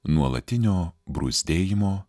nuolatinio bruzdėjimo